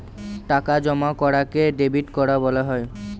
টাকা জমা করাকে ডেবিট করা বলা হয়